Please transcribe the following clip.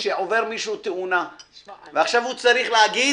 כשעובר מישהו תאונת דרכים ואז הוא צריך להגיד